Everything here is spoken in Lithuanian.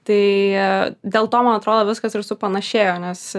tai dėl to man atrodo viskas ir supanašėjo nes